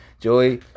Joey